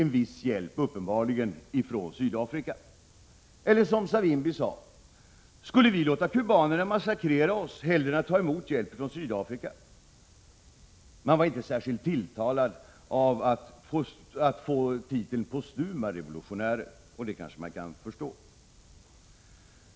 Nu kommer uppenbarligen också en viss hjälp från Sydafrika. Skulle vi låta kubanerna massakrera oss hellre än att ta emot hjälp från Sydafrika, sade Savimbi. Man var inte särskilt tilltalad av att få titeln postuma revolutionärer, och det kanske är förståeligt.